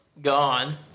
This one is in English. Gone